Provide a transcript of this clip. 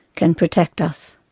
can protect us.